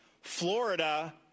Florida